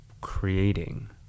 creating